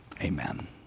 amen